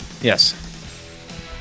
Yes